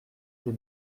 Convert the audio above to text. des